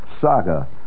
saga